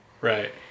Right